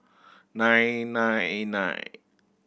nine nine nine